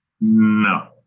no